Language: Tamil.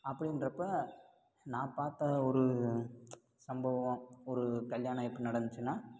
அப்படின்றப்ப நான் பார்த்த ஒரு சம்பவம் ஒரு கல்யாணம் எப்படி நடந்துச்சுன்னா